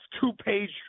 two-page